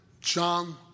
John